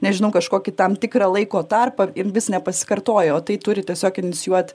nežinau kažkokį tam tikrą laiko tarpą ir vis nepasikartoja o tai turi tiesiog inicijuoti